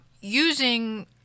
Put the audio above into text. using